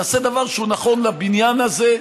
נעשה דבר שהוא נכון לבניין הזה,